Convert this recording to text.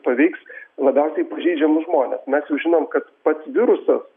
paveiks labiausiai pažeidžiamus žmones mes jau žinom kad pats virusas